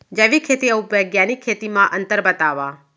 जैविक खेती अऊ बैग्यानिक खेती म अंतर बतावा?